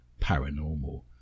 paranormal